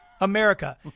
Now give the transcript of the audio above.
America